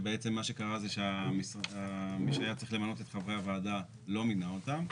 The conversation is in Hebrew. שבעצם מה שקרה זה שמי שהיה צריך למנות את חברי הוועדה לא מינה אותם.